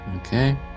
Okay